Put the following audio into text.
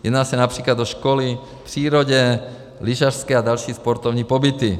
Jedná se například o školy v přírodě, lyžařské a další sportovní pobyty.